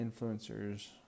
influencers